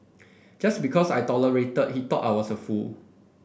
just because I tolerated he thought I was a fool